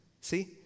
See